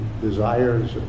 desires